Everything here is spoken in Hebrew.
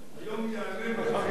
היום יעלה, מחר יבוא.